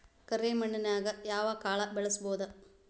ಕರೆ ಮಣ್ಣನ್ಯಾಗ್ ಯಾವ ಕಾಳ ಬೆಳ್ಸಬೋದು?